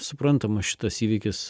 suprantama šitas įvykis